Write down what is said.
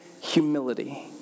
humility